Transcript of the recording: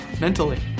mentally